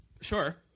Sure